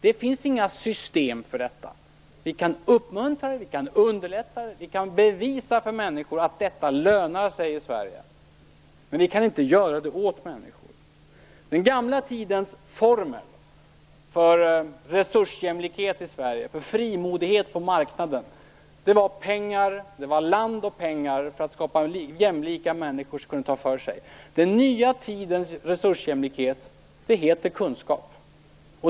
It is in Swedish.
Det finns inga system för detta. Vi kan uppmuntra det. Vi kan underlätta det. Vi kan bevisa för människor att detta lönar sig i Sverige, men vi kan inte göra det åt människor. Den gamla tidens formel för resursjämlikhet i Sverige och för frimodighet på marknaden var land och pengar. Så skapade man jämlika människor som kunde ta för sig. Den nya tidens resursjämlikhet heter kunskap.